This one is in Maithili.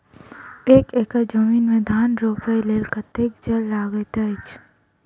एक एकड़ जमीन मे धान रोपय लेल कतेक जल लागति अछि?